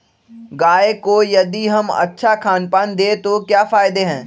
गाय को यदि हम अच्छा खानपान दें तो क्या फायदे हैं?